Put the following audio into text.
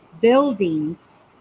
buildings